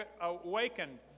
awakened